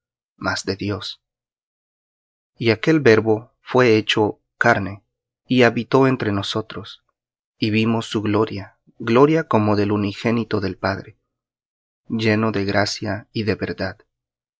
mas de dios y aquel verbo fué hecho carne y habitó entre nosotros y vimos su gloria gloria como del unigénito del padre lleno de gracia y de verdad